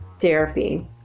therapy